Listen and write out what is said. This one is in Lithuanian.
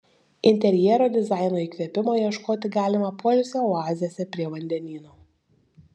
interjero dizaino įkvėpimo ieškoti galima poilsio oazėse prie vandenyno